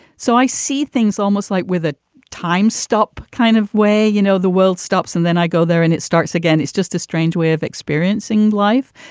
so i see things almost like with a time stop kind of way, you know, the world stops and then i go there and it starts again. it's just a strange way of experiencing life.